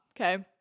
Okay